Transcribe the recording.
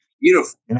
Beautiful